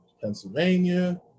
Pennsylvania